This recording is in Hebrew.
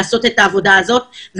לעשות את העבודה הזאת.